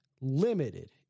limited